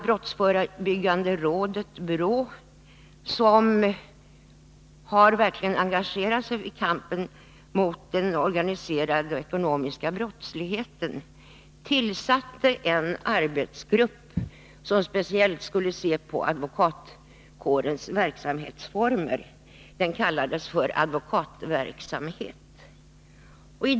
Brottsförebyggande rådet, BRÅ, som verkligen har engagerat sig i kampen mot den organiserade ekonomiska brottsligheten, tillsatte en arbetsgrupp som speciellt skulle studera advokatkårens verksamhetsformer. Den kallades Advokatverksamhet.